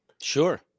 sure